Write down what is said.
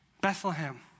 Bethlehem